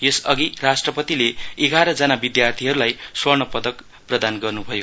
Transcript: यस अघि राष्ट्रपतिले एधारजना विद्यार्थीहरूलाई स्वर्ण पदक प्रधान गर्नुभयो